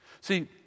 See